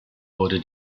wurde